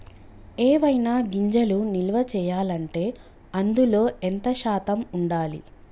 ఏవైనా గింజలు నిల్వ చేయాలంటే అందులో ఎంత శాతం ఉండాలి?